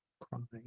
crying